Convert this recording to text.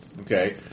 Okay